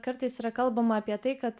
kartais yra kalbama apie tai kad